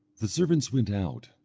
the servants went out,